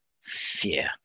fear